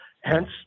hence